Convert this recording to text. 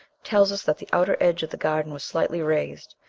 tells us that the outer edge of the garden was slightly raised,